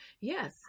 Yes